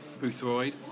Boothroyd